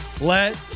Let